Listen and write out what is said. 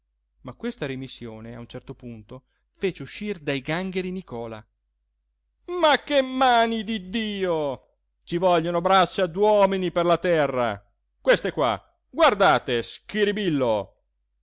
ma questa remissione a un certo punto fece uscir dai gangheri nicola ma che mani di dio ci vogliono braccia d'uomini per la terra queste qua guardate